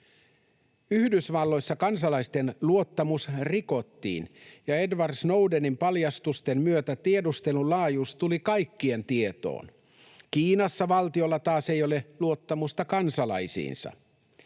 Yhdysvalloissa kansalaisten luottamus rikottiin, ja Edward Snowdenin paljastusten myötä tiedustelun laajuus tuli kaikkien tietoon. Kiinassa valtiolla taas ei ole luottamusta kansalaisiinsa.